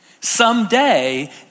someday